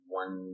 one